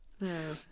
No